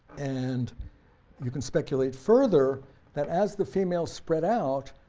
and you can speculate further that as the females spread out,